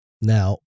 Now